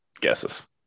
guesses